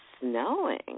snowing